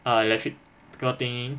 a electrical thingy